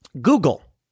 Google